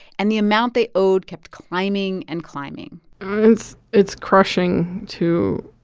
and the amount they owed kept climbing and climbing it's it's crushing, too.